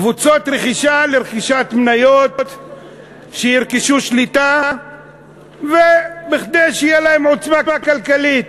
קבוצות רכישה לרכישת מניות שירכשו שליטה וכדי שתהיה להן עוצמה כלכלית.